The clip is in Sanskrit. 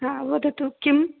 हा वदतु किं